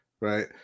Right